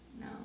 No